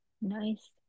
Nice